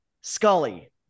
Scully